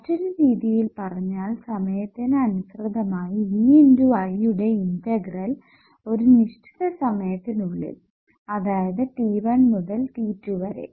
മറ്റൊരു രീതിയിൽ പറഞ്ഞാൽ സമയത്തിന് അനുസൃതമായി V × I യുടെ ഇന്റഗ്രൽ ഒരു നിശ്ചിത സമയത്തിനുള്ളിൽ അതായത് t1 മുതൽ t2 വരെ